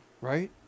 Right